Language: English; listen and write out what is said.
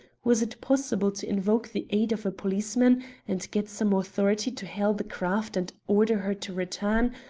was it possible to invoke the aid of a policeman and get some authority to hail the craft and order her to return,